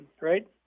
right